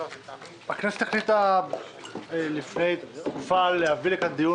הכנסת החליטה לפני תקופה להביא לכאן לדיון